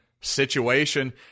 situation